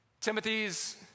Timothy's